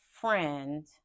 friend